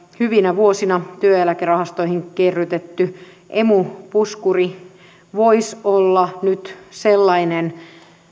hyvinä vuosina työeläkerahastoihin kerrytetty emu puskuri voisi olla nyt sellainen